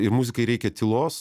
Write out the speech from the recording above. ir muzikai reikia tylos